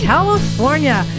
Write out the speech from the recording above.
California